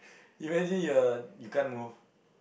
imagine you're you can't move